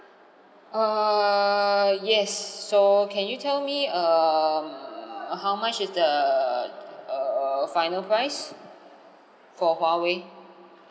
err yes so can you tell me um how much is the err final price for huawei